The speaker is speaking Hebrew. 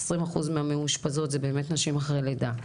עשרים אחוז מהמאושפזות זה באמת נשים אחרי לידה,